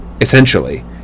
essentially